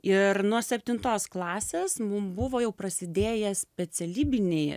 ir nuo septintos klasės mum buvo jau prasidėję specialybiniai